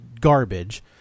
garbage